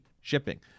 shipping